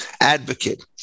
advocate